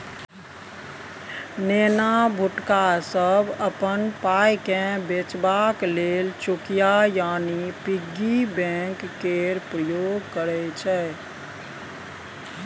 नेना भुटका सब अपन पाइकेँ बचेबाक लेल चुकिया यानी पिग्गी बैंक केर प्रयोग करय छै